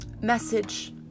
message